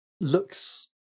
looks